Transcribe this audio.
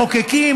מחוקקים,